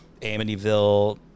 Amityville